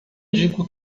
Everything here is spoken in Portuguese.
digo